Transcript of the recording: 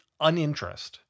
uninterest